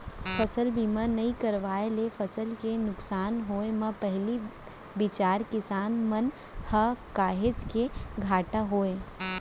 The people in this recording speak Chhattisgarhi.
फसल बीमा नइ करवाए ले फसल के नुकसानी होय म पहिली बिचारा किसान मन ल काहेच के घाटा होय